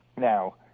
Now